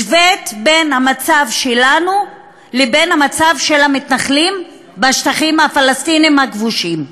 השווית בין המצב שלנו לבין המצב של המתנחלים בשטחים הפלסטיניים הכבושים,